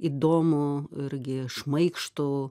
įdomų irgi šmaikštų